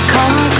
Come